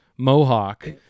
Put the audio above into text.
mohawk